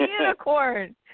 unicorn